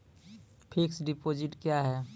Fixed deposit क्या हैं?